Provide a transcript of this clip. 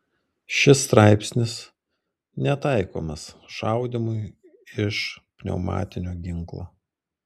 šis straipsnis netaikomas šaudymui iš pneumatinio ginklo